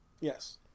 Yes